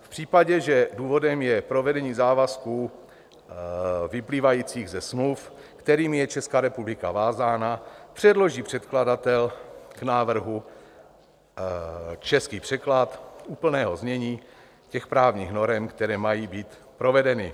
V případě, že důvodem je provedení závazků vyplývajících ze smluv, kterými je Česká republika vázána, předloží předkladatel k návrhu český překlad úplného znění těch právních norem, které mají být provedeny.